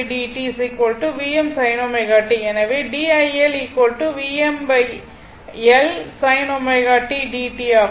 எனவே d iL VmL sin ω t dt ஆகும்